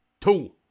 two